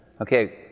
Okay